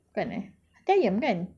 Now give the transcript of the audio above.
bukan eh hati ayam kan